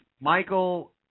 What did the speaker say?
Michael